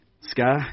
Sky